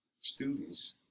students